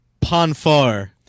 ponfar